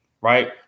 right